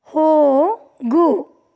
ಹೋಗು